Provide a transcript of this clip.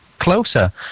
closer